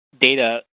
data